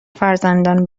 فرزندان